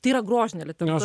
tai yra grožinė literatūra